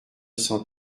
cent